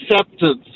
acceptance